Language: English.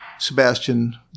Sebastian